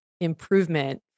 improvement